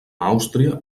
àustria